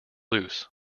loose